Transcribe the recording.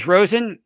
Rosen